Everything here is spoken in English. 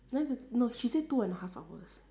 nine thirty no she said two and a half hours